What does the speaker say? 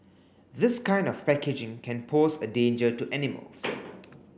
this kind of packaging can pose a danger to animals